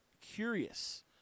curious